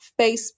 Facebook